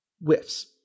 whiffs